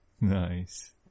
Nice